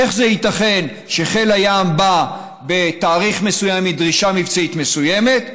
איך זה ייתכן שחיל הים בא בתאריך מסוים עם דרישה מבצעית מסוימת,